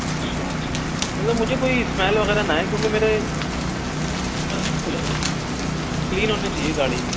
اچھا اچھا مطلب مجھے کوئی اسمیل وغیرہ نہ آئے کیونکہ میرے کلین ہونی چاہیے گاڑی